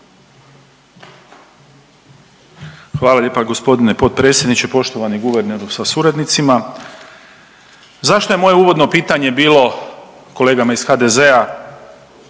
Hvala lijepa g. potpredsjedniče, poštovani guverneru sa suradnicima. Zašto je moje uvodno pitanje bilo kolegama iz HDZ-a